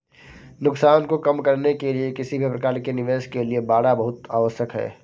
नुकसान को कम करने के लिए किसी भी प्रकार के निवेश के लिए बाड़ा बहुत आवश्यक हैं